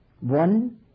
One